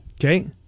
Okay